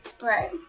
Right